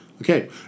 Okay